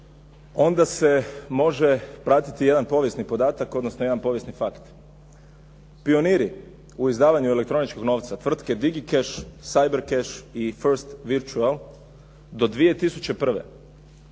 onda se može pratiti jedan povijesni podatak, odnosno jedan povijesni fakt. Pioniri u izdavanju elektroničkog novca, tvrtke, DigiCash, CyberCash i First Virtual do 2001.